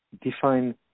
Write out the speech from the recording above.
Define